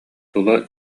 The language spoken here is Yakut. тула